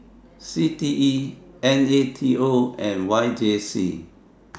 CTE NATO and YJC